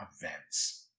events